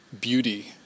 beauty